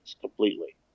completely